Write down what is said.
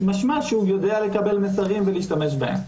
משמע שהוא יודע לקבל מסרים ולהשתמש בהם.